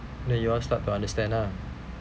then you all start to understand lah